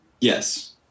Yes